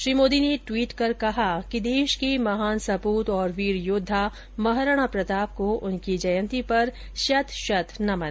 श्री मोदी ने ट्वीट कर कहा देश के महान सपूत और वीर योद्धा महाराणा प्रताप को उनकी जयंती पर शत शत नमन